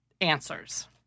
answers